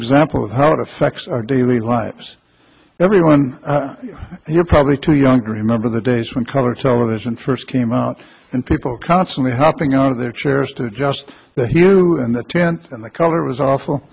example of how it affects our daily lives everyone and you're probably too young to remember the days when color television first came out and people constantly hopping out of their chairs to just hear you and the tent and the color was awful